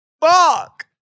Fuck